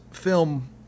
film